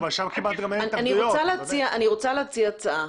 אני רוצה להציע הצעה.